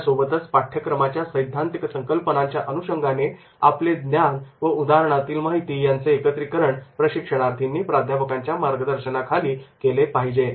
यासोबतच पाठ्यक्रमाच्या सैद्धांतिक संकल्पनांच्या अनुषंगाने आपले ज्ञान व उदाहरणातील माहिती यांचे एकत्रीकरण प्रशिक्षणार्थींनी प्राध्यापकांच्या मार्गदर्शनाखाली केले पाहिजे